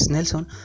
Nelson